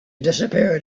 disappeared